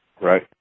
Right